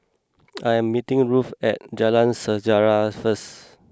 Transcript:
I am meeting Ruthe at Jalan Sejarah first